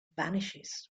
vanishes